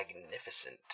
magnificent